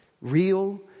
real